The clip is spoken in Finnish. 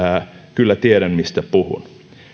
kyllä tiedän mistä puhun